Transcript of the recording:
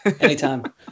Anytime